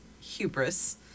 hubris